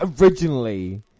Originally